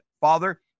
Father